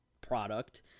product